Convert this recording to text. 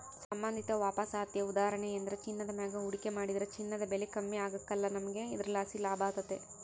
ಸಂಬಂಧಿತ ವಾಪಸಾತಿಯ ಉದಾಹರಣೆಯೆಂದ್ರ ಚಿನ್ನದ ಮ್ಯಾಗ ಹೂಡಿಕೆ ಮಾಡಿದ್ರ ಚಿನ್ನದ ಬೆಲೆ ಕಮ್ಮಿ ಆಗ್ಕಲ್ಲ, ನಮಿಗೆ ಇದರ್ಲಾಸಿ ಲಾಭತತೆ